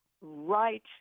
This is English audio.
right